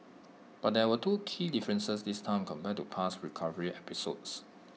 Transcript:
but there were two key differences this time compared to past recovery episodes